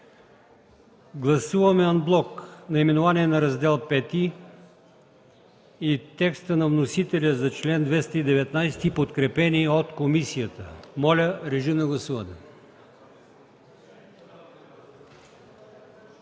Гласуваме анблок наименованието на Раздел V и текста на вносителя за чл. 219, подкрепени от комисията. Моля, гласувайте.